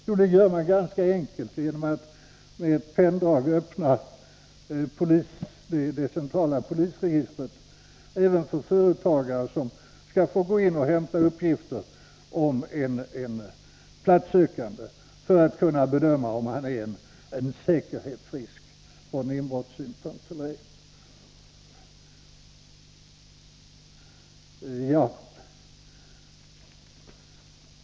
Jo, det gör man ganska enkelt, genom att med ett penndrag öppna det centrala polisregistret även för företagare, som skall kunna gå in och hämta uppgifter om en platssökande för att kunna bedöma om han är en säkerhetsrisk från brottssynpunkt eller ej.